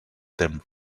them